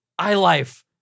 iLife